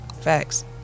Facts